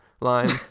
line